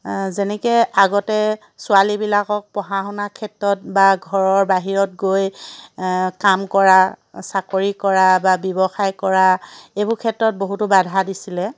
যেনেকৈ আগতে ছোৱালীবিলাকক পঢ়া শুনা ক্ষেত্ৰত বা ঘৰৰ বাহিৰত গৈ কাম কৰা চাকৰি কৰা বা ব্যৱসায় কৰা এইবোৰ ক্ষেত্ৰত বহুতো বাধা দিছিলে